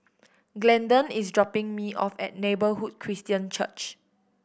Glendon is dropping me off at Neighbourhood Christian Church